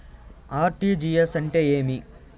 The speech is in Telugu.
ఆర్.టి.జి.ఎస్ అంటే ఏమి